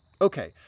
Okay